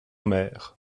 mer